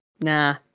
nah